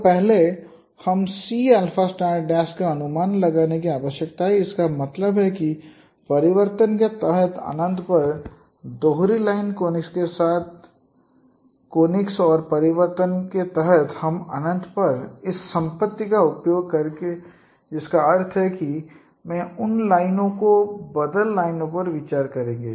तो पहले हमें C का अनुमान लगाने की आवश्यकता है इसका मतलब है परिवर्तन के तहत अनंत पर दोहरी लाइन कोनिक्स के तहत दोहरी लाइन कोनिक्स और परिवर्तन के तहत हम अनंत पर इस संपत्ति का उपयोग करेंगे जिसका अर्थ है कि मैं उन लाइनों को बदल लाइनों पर विचार करेंगे